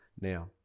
now